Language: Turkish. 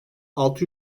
altı